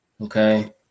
Okay